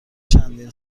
چندین